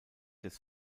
des